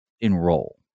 enroll